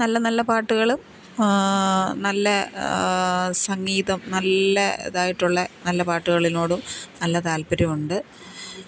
നല്ല നല്ല പാട്ടുകൾ നല്ല സംഗീതം നല്ലതായിട്ടുള്ള നല്ല പാട്ടുകളിനോടും നല്ല താൽപ്പര്യമുണ്ട്